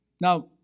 Now